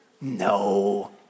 No